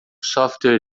software